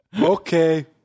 Okay